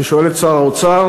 אני שואל את שר האוצר,